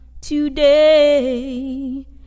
today